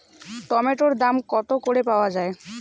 টমেটোর দাম কত করে পাওয়া যায়?